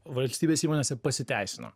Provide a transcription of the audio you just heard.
valstybės įmonėse pasiteisino